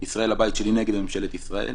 ישראל הבית שלי נגד ממשלת ישראל.